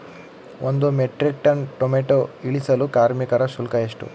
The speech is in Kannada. ಒಂದು ಮೆಟ್ರಿಕ್ ಟನ್ ಟೊಮೆಟೊ ಇಳಿಸಲು ಕಾರ್ಮಿಕರ ಶುಲ್ಕ ಎಷ್ಟು?